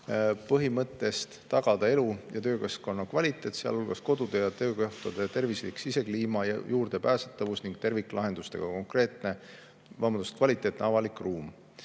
põhimõttest tagada elu- ja töökeskkonna kvaliteet, sealhulgas kodude ja töökohtade tervislik sisekliima ja juurdepääsetavus ning terviklahendustega kvaliteetne avalik ruum.